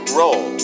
roll